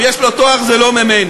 אם יש לו תואר זה לא ממני.